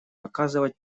оказать